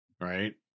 Right